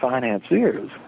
financiers